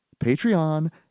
Patreon